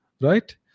right